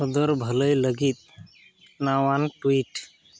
ᱠᱷᱩᱫᱟᱹᱨ ᱵᱷᱟᱹᱞᱟᱹᱭ ᱞᱟᱹᱜᱤᱫ ᱱᱟᱣᱟᱱ ᱴᱩᱭᱤᱴ